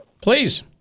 please